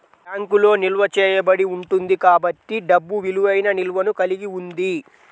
బ్యాంకులో నిల్వ చేయబడి ఉంటుంది కాబట్టి డబ్బు విలువైన నిల్వను కలిగి ఉంది